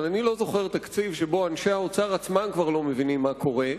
אבל אני לא זוכר תקציב שבו אנשי האוצר בעצמם כבר לא מבינים מה קורה,